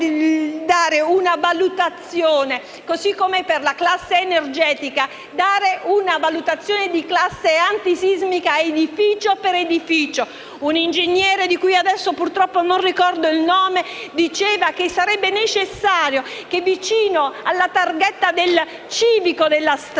dare una valutazione, come avviene per la classe energetica, in merito alla classe antisismica edificio per edificio. Un ingegnere, di cui adesso purtroppo non ricordo il nome, ha affermato che sarebbe necessario che, vicino alla targhetta del civico delle strade,